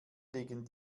liegen